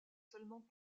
seulement